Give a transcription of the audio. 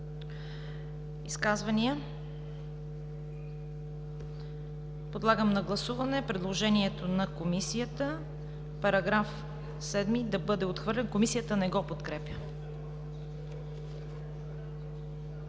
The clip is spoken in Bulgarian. виждам. Подлагам на гласуване предложението на Комисията § 7 да бъде отхвърлен. Комисията не го подкрепя.